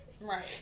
Right